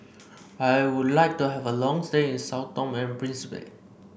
I would like to have a long stay in Sao Tome and Principe